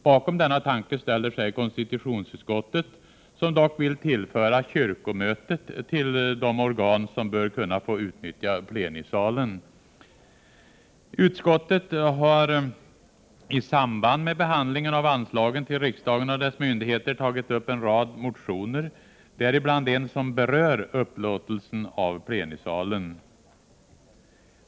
Bakom denna tanke ställer sig konstitutionsutskottet, som dock vill räkna kyrkomötet till de organ som bör kunna få utnyttja plenisalen. Utskottet har i samband med behandlingen av anslagen till riksdagen och dess myndigheter tagit upp en rad motioner, däribland en som berör upplåtelsen av plenisalen.